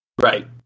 Right